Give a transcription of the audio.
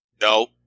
No